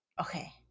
Okay